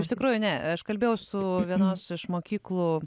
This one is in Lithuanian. iš tikrųjų ne aš kalbėjau su vienos iš mokyklų